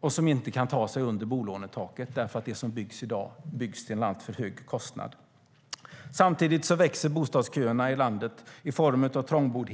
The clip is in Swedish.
och som inte kan ta sig under bolånetaket eftersom det som byggs i dag byggs till en alltför hög kostnad. Samtidigt växer bostadsköerna i landet. Det handlar om trångboddhet.